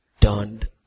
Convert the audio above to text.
turned